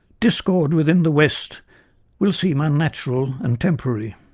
discord within the west will seem unnatural and temporary.